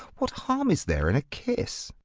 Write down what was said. what harm is there in a kiss?